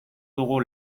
dugu